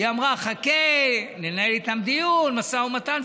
היא אמרה: חכה, ננהל איתם דיון, משא ומתן.